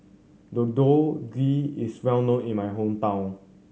Deodeok Gui is well known in my hometown